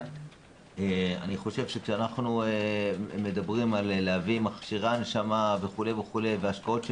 אני חושב שאנחנו מדברים על להביא מכשירי הנשמה וכולי בהשקעות של